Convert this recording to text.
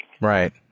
Right